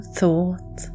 thought